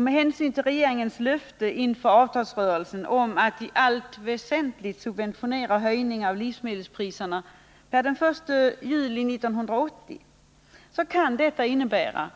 Med hänsyn till regeringens löfte inför avtalsrörelsen att man i allt väsentligt skall subventionera höjningar av livsmedelspriserna per den 1 juli 1980 kan detta innebära